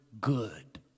good